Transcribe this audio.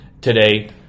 today